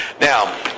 now